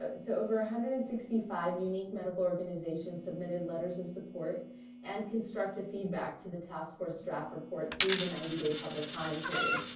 but so, over one hundred and sixty five unique medical organizations submitted letters of support and constructive feedback to the task force draft report through the ninety day public comment period.